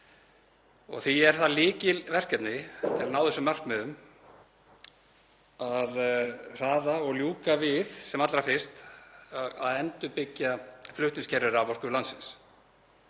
Því er það lykilverkefni til að ná þessum markmiðum að hraða og ljúka við sem allra fyrst að endurbyggja flutningskerfi raforku landsins.